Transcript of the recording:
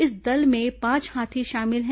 इस दल में पांच हाथी शामिल हैं